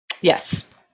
yes